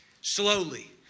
Slowly